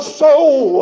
soul